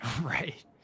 Right